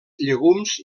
llegums